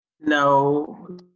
No